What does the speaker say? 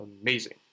amazing